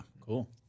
Cool